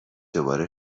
دوباره